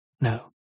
No